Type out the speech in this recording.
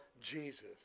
Jesus